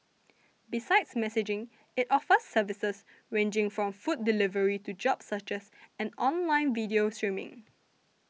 besides messaging it offers services ranging from food delivery to job searches and online video streaming